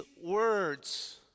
words